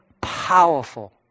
powerful